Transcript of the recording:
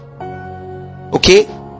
Okay